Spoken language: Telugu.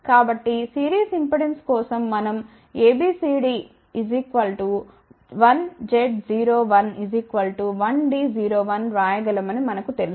కాబట్టి సిరీస్ ఇంపెడెన్స్ కోసం మనంA B C D 1 Z 0 1 1 Zd 0 1 వ్రాయగలమని మనకు తెలుసు